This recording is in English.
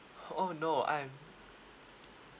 oh no I am